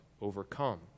overcome